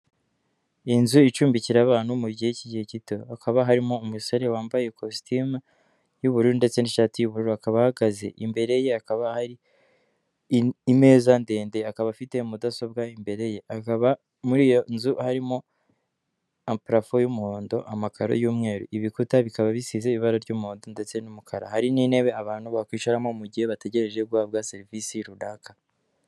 Ni inzu icumbikira abantu mu mugihe cy'igihe gito hakaba harimo umusore wambaye ikositimu y'ubururu ndetse n'ishati y'ubururu akaba ahagaze imbere ye hakaba hari imeza ndende akaba afite mudasobwa imbere ye akaba muri iyo nzu harimo amaparafo y'umuhondo, amakaro y'umweru, ibikuta bikaba bisize ibara ry'umuhondo ndetse n'umukara hari n'intebe abantu bakwicaramo mugihe bategereje guhabwa serivisi runaka.